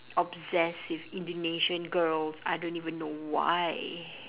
obsessed with indonesian girls I don't even know why